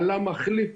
עלה מחליף